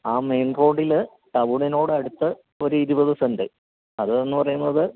ആ മെയിൻ റോഡിൽ ടൌണിനോടടുത്ത് ഒരു ഇരുപത് സെൻറ്റ് അതെന്ന് പറയുന്നത്